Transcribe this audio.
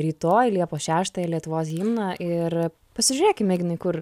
rytoj liepos šeštąją lietuvos himną ir pasižiūrėkim ignai kur